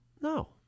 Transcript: No